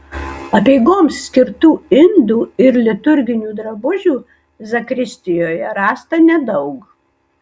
apeigoms skirtų indų ir liturginių drabužių zakristijoje rasta nedaug